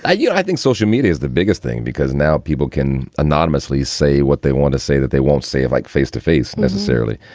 ah you i think social media is the biggest thing because now people can anonymously say what they want to say, that they won't say if like face to face necessarily.